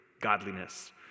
godliness